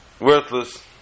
worthless